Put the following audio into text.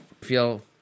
Feel